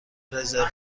رزرو